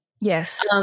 Yes